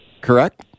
correct